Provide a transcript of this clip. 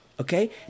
okay